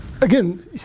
Again